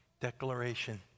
declaration